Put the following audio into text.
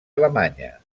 alemanya